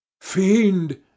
Fiend